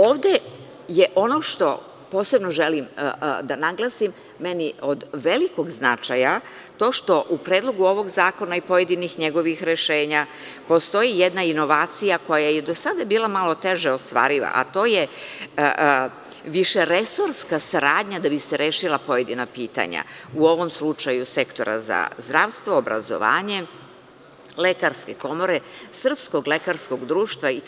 Ovde je, ono što posebno želim da naglasim, meni od velikog značaja to što u predlogu ovog zakona i pojedinih njegovih rešenja postoji jedna inovacija, koja je i do sada bila malo teže ostvariva, a to je višeresorska saradnja da bi se rešila pojedina pitanja, u ovom slučaju sektora za zdravstvo, obrazovanje, lekarske komore, Srpskog lekarskog društva i